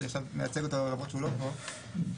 למרות שהוא לא פה,